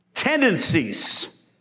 tendencies